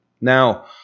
Now